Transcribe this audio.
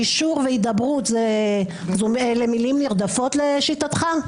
גישור והידברות אלה מילים נרדפות לשיטתך?